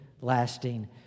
lasting